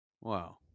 Wow